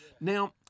Now